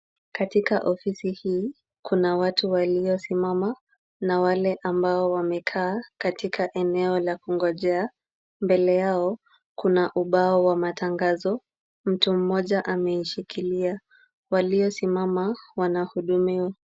Katika ofisi hii, kuna watu waliosimama na wale ambao wamekaa katika eneo la kungojea. Mbele yao kuna ubao wa matangazo, mtu mmoja ameishikilia waliosimama wanahudumiwa.